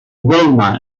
wilmer